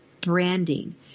branding